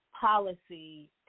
policy